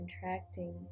contracting